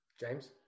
James